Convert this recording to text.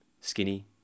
skinny